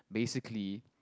basically